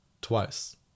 twice